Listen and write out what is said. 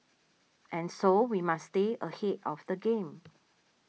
and so we must stay ahead of the game